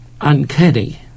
uncanny